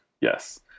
Yes